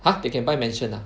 !huh! they can buy mansion ah